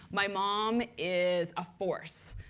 my mom is a force,